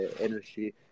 energy